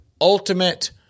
ultimate